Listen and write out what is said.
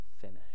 finish